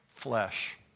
flesh